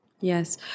Yes